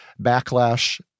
backlash